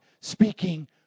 speaking